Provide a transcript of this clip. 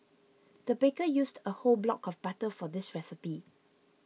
the baker used a whole block of butter for this recipe